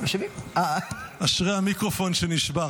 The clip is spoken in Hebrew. אשרי המיקרופון שנשבר.